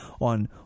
on